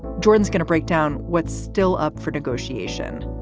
jordan's going to break down what's still up for negotiation.